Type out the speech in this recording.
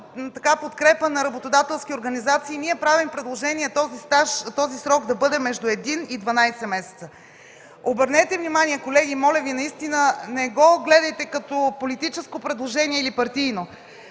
подкрепата на работодателски организации ние правим предложение за този стаж този срок да бъде между един и 12 месеца. Обърнете внимание, колеги, моля Ви! Наистина не го гледайте като политическо или партийно